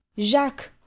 jacques